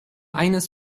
eines